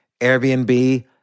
airbnb